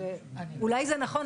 ואולי זה נכון.